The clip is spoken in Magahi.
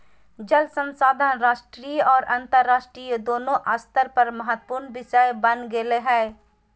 जल संसाधन राष्ट्रीय और अन्तरराष्ट्रीय दोनों स्तर पर महत्वपूर्ण विषय बन गेले हइ